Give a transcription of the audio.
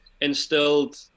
instilled